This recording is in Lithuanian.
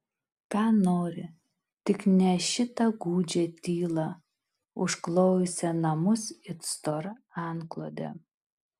ką nori tik ne šitą gūdžią tylą užklojusią namus it stora antklode